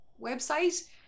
website